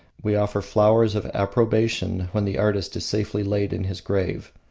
we offer flowers of approbation when the artist is safely laid in his grave.